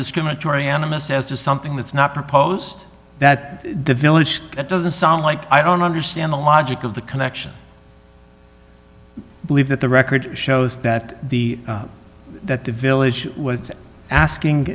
discriminatory animus as to something that's not proposed that the village doesn't sound like i don't understand the logic of the connection believe that the record shows that the that the village was asking